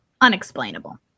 unexplainable